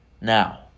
Now